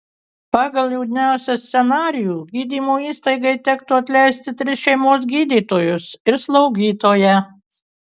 pagal liūdniausią scenarijų gydymo įstaigai tektų atleisti tris šeimos gydytojus ir slaugytoją